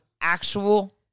actual